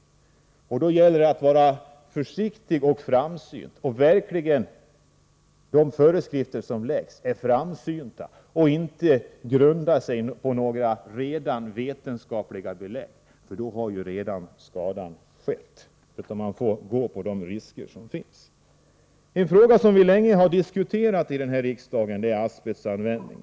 Då gäller det att vara försiktig. De föreskrifter som ges måste vara framsynta. Om de skall grundas på vetenskapliga belägg förutsätts ju att skadan redan skett. Man måste se till de risker som finns. En fråga som vi länge har diskuterat i riksdagen är asbestanvändningen.